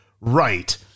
right